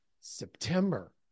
September